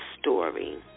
story